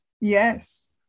Yes